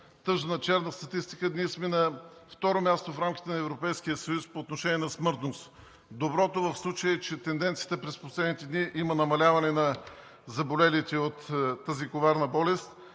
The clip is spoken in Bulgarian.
тъжна, черна статистика. Ние сме на второ място в рамките на Европейския съюз по отношение на смъртност. Доброто в случая е, че в тенденцията през последните дни има намаляване на заболелите от тази коварна болест,